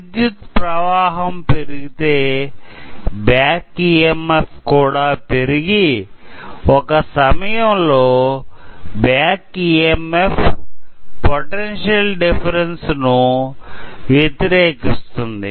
విద్యుత్ ప్రవాహం పెరిగితే బ్యాక్ఈఎంఎఫ్ కూడా పెరిగి ఒక సమయం లో back E MF potential difference ను వ్యతిరేకిస్తుంది